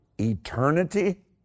Eternity